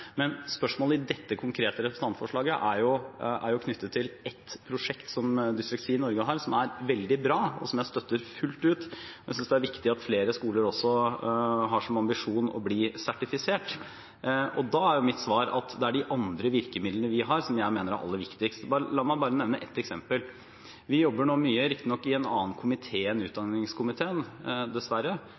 Men spørsmålet i dette konkrete representantforslaget er jo knyttet til ett prosjekt som Dysleksi Norge har, som er veldig bra, og som jeg støtter fullt ut. Jeg synes det er viktig at flere skoler også har som ambisjon å bli sertifisert. Og da er mitt svar at det er de andre virkemidlene vi har, som jeg mener er aller viktigst. La meg bare nevne ett eksempel: Vi jobber nå mye, riktignok i en annen komité enn utdanningskomiteen, dessverre,